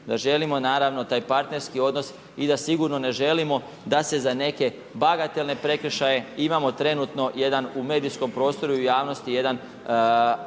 da želimo naravno, taj partnerski odnos i da sigurno ne želimo, da se za neke bagatelne prekršaje imamo trenutno, jedan u medijskom prostoru i u javnosti, jedan